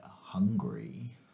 hungry